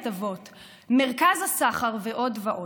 הטבות, מרכז הסחר ועוד ועוד.